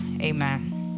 Amen